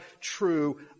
true